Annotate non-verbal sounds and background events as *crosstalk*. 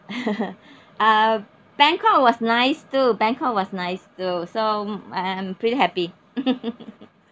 *laughs* uh bangkok was nice too bangkok was nice too so I'm pretty happy *laughs*